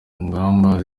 ngamba